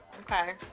Okay